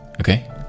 Okay